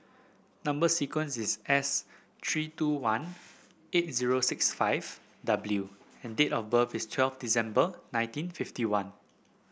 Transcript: number sequence is S three two one eight zero six five W and date of birth is twelve December nineteen fifty one